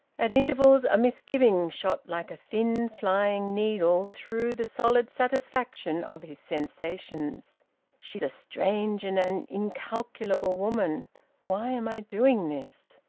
at intervals a misgiving shot like a thin flying needle through the solid satisfaction of his sensations she is a strange and an incalculable woman why am i doing this?